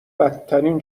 بدترین